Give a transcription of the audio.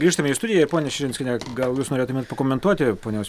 grįžtame į studiją ponia širinskiene gal jūs norėtumėt pakomentuoti ponios